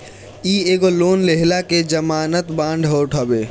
इ एगो लोन लेहला के जमानत बांड होत हवे